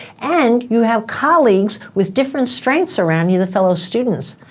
and you have colleagues with different strengths around you, the fellow students,